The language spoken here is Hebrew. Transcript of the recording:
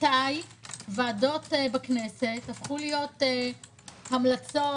מתי ועדות בכנסת הפכו להיות המלצות,